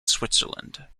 switzerland